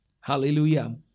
Hallelujah